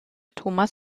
thomas